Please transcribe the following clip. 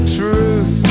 truth